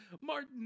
Martin